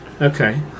Okay